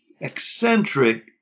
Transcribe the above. eccentric